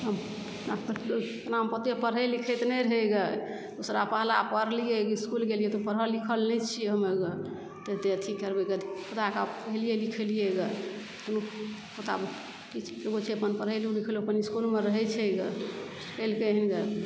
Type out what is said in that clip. ओना ओते पढ़य लिखैत नहि रहय गे दूसरा पहला पढ़लियै इसकुल गेलियै तऽ पढ़ल लिखल नह छियै हमे गे तऽ अते अथी करबय गे बेटाके पढ़ेलियै लिखेलियै गे पोता एगो छै अपन पढ़ेलहुँ लिखेलहुँ अपन इसकुलमे रहय छै गे